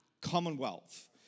Commonwealth